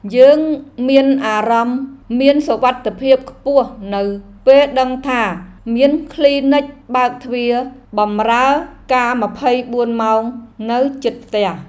យើងមានអារម្មណ៍មានសុវត្ថិភាពខ្ពស់នៅពេលដឹងថាមានគ្លីនិកបើកទ្វារបម្រើការម្ភៃបួនម៉ោងនៅជិតផ្ទះ។